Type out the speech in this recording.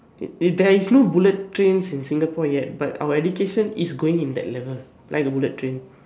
there is not bullet trains in Singapore yet but our education is going in that level like a bullet train